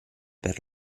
per